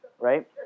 right